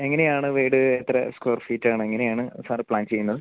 എങ്ങനെയാണ് വീട് എത്ര സ്ക്വയർ ഫീറ്റാണ് എങ്ങനെയാണ് സാറ് പ്ലാൻ ചെയ്യുന്നത്